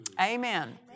Amen